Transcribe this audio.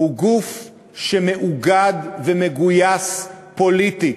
הוא גוף שמאוגד ומגויס פוליטית.